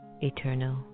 eternal